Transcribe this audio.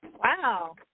Wow